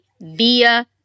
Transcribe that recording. via